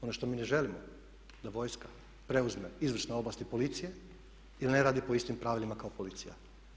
Ono što mi ne želimo da vojska preuzme izvršne ovlasti policije i da ne radi po istim pravilima kao policija.